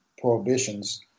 prohibitions